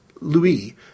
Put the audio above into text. Louis